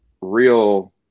real